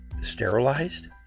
sterilized